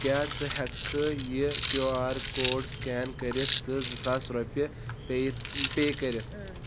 کیٛاہ ژٕ ہیٚککھہٕ یہِ کیٚو آر کوڈ سکین کٔرِتھ تہٕ زٕ ساس رۄپیہِ پے پے کٔرِتھ؟